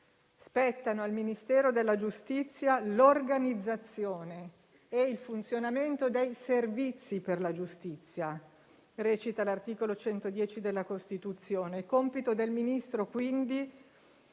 Spettano al Ministero della giustizia l'organizzazione e il funzionamento dei servizi per la giustizia, come recita l'articolo 110 della Costituzione; è compito del Ministro, quindi,